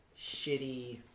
shitty